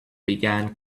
began